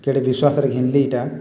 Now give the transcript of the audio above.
କେଡ଼େ ବିଶ୍ୱାସରେ ଘିନ୍ଲି ଇଟା